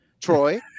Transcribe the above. Troy